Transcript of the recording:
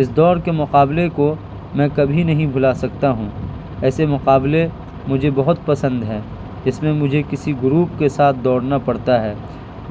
اس دوڑ کے مقابلے کو میں کبھی نہیں بھلا سکتا ہوں ایسے مقابلے مجھے بہت پسند ہیں اس میں مجھے کسی گروپ کے ساتھ دوڑنا پڑتا ہے